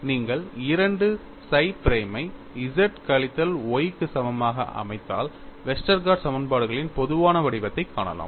நீங்கள் 2 psi பிரைமை Z கழித்தல் Y க்கு சமமாக அமைத்தால் வெஸ்டர்கார்ட் சமன்பாடுகளின் பொதுவான வடிவத்தைக் காணலாம்